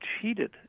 cheated